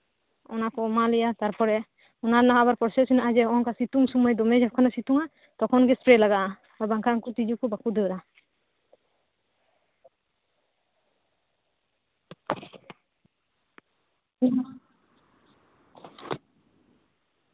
ᱚᱱᱟ ᱠᱚ ᱮᱢᱟᱞᱮᱭᱟ ᱛᱟᱨᱯᱚᱨᱮ ᱚᱱᱟ ᱞᱟᱦᱟ ᱟᱨᱦᱚᱸ ᱯᱨᱚᱥᱮᱥ ᱢᱮᱱᱟᱜ ᱟᱡᱮ ᱱᱚᱜᱼᱚ ᱱᱚᱝᱠᱟ ᱥᱤᱛᱩᱝ ᱥᱚᱢᱚᱭ ᱫᱚᱢᱮ ᱡᱚᱠᱷᱚᱱᱮᱭ ᱥᱤᱛᱩᱝ ᱟ ᱛᱚᱠᱷᱚᱱ ᱜᱮ ᱮᱥᱯᱨᱮ ᱞᱟᱜᱟᱜᱼᱟ ᱟᱨ ᱵᱟᱝᱠᱷᱟᱱ ᱩᱱᱠᱩ ᱛᱤᱡᱩ ᱠᱚ ᱵᱟᱠᱚ ᱫᱟᱹᱲᱟ